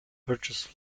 purchase